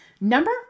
Number